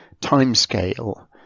timescale